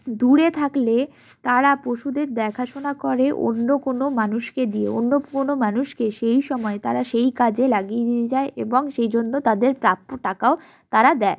দূরে থাকলে তারা পশুদের দেখাশোনা করে অন্য কোনো মানুষকে দিয়ে অন্য কোনো মানুষকে সেই সময় তারা সেই কাজে লাগিয়ে দিয়ে যায় এবং সেই জন্য তাদের প্রাপ্য টাকাও তারা দেয়